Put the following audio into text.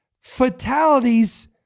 fatalities